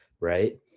right